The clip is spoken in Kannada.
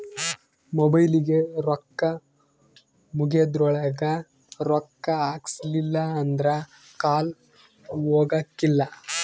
ಮೊಬೈಲಿಗೆ ರೊಕ್ಕ ಮುಗೆದ್ರೊಳಗ ರೊಕ್ಕ ಹಾಕ್ಸಿಲ್ಲಿಲ್ಲ ಅಂದ್ರ ಕಾಲ್ ಹೊಗಕಿಲ್ಲ